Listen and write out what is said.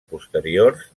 posteriors